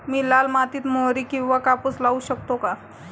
मी लाल मातीत मोहरी किंवा कापूस लावू शकतो का?